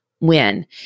win